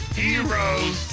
heroes